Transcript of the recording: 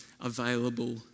available